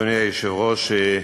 אדוני היושב-ראש,